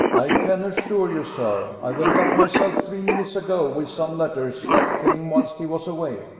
i can assure you, sir. i went up myself three minutes ago, with some letters, that came whilst he was away,